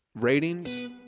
ratings